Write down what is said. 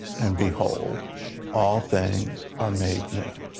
and behold all things are made new.